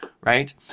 right